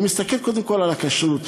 הוא מסתכל קודם כול על הכשרות.